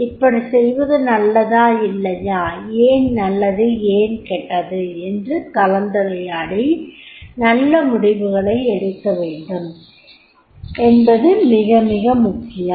இப்படி செய்வது நல்லதா இல்லையா ஏன் நல்லது ஏன் கெட்டது என்று கலந்துறையாடி நல்ல முடிவுகளை எடுக்கவேண்டும் என்பது மிக மிக முக்கியம்